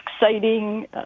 exciting